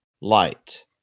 light